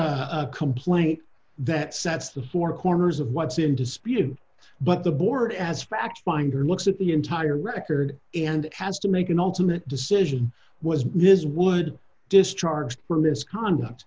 not a complaint that sets the four corners of what's in dispute but the board as fact finder looks at the entire record and has to make an ultimate decision was ms wood discharged for misconduct